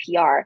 PR